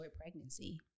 pregnancy